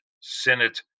Senate